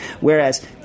Whereas